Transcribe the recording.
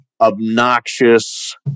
obnoxious